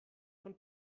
von